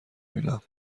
بینم